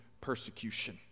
persecution